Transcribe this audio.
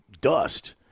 dust